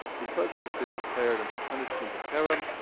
because he has been declared under punishment of cherem,